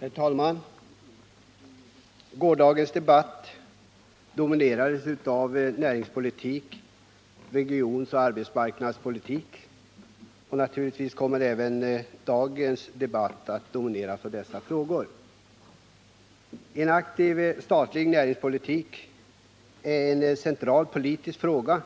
Herr talman! Gårdagens debatt handlade i stor utsträckning om näringspolitik och regionaloch arbetsmarknadspolitik, och naturligtvis kommer även dagens debatt att domineras av dessa frågor. En aktiv statlig näringspolitik är en central politisk fråga,